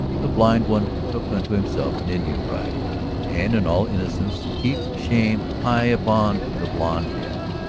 the blind one, took unto himself an indian bride and in all innocence heaped shame high upon the blonde head.